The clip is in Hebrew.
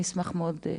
אני אשמח מאוד לשמוע.